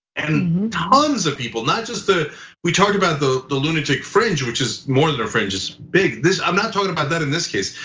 and tons of people, not just the we talked about the the lunatic fringe, which is more than a fringe its big, i'm not talking about that in this case.